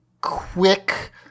quick